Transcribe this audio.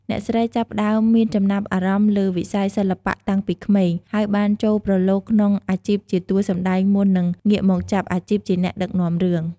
អ្នកស្រីចាប់ផ្ដើមមានចំណាប់អារម្មណ៍លើវិស័យសិល្បៈតាំងពីក្មេង ហើយបានចូលប្រឡូកក្នុងអាជីពជាតួសម្តែងមុននឹងងាកមកចាប់អាជីពជាអ្នកដឹកនាំរឿង។